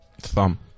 Thumb